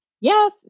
yes